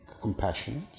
compassionate